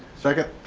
second.